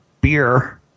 beer